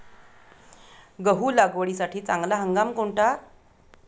गहू लागवडीसाठी चांगला हंगाम कोणता?